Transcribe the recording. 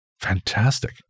Fantastic